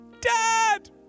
Dad